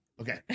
Okay